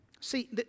see